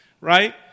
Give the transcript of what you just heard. right